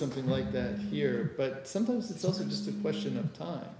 something like that here but sometimes it's also just a question of time